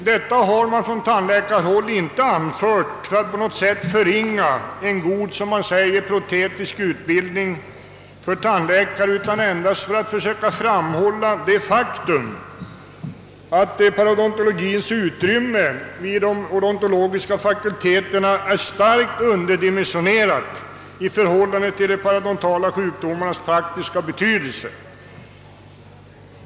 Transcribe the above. Detta har man från tandläkarhåll inte anfört för att på något sätt förringa en god protetisk utbildning för tandläkare utan endast att försöka framhålla det faktum att parodontologiens utrymme vid de odontologiska fakulteterna är starkt underdimensionerat i förhållande till de parodontala sjukdomarnas praktiska betydelse.